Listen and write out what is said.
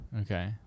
Okay